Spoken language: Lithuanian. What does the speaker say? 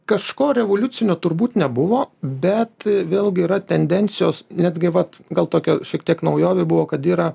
kažko revoliucinio turbūt nebuvo bet vėlgi yra tendencijos netgi vat gal tokia šiek tiek naujovė buvo kad yra